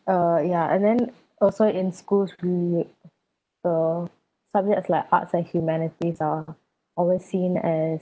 uh ya and then also in schools we uh subjects like arts and humanities are always seen as